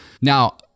Now